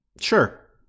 Sure